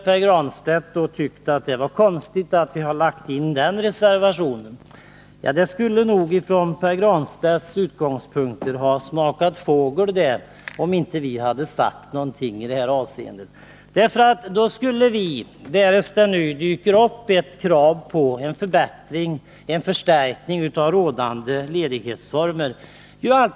Pär Granstedt tyckte det var konstigt att vi lagt in den reservationen. Det skulle nog från Pär Granstedts utgångspunkter ha smakat fågel om vi inte sagt någonting i detta avseende. Vad skulle vi då ha fått höra, därest det dykt upp ett krav på förbättring eller förstärkning av rådande ledighetsformer?